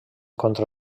contra